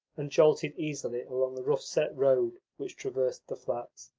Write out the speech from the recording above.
and jolted easily along the rough-set road which traversed the flats.